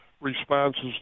responses